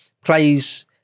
plays